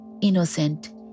innocent